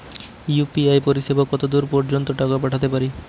UPI পরিসেবা কতদূর পর্জন্ত টাকা পাঠাতে পারি?